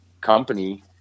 company